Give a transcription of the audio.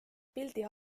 pildi